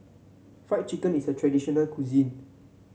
Fried Chicken is a traditional cuisine